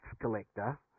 collector